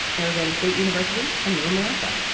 arizona state university, a new america.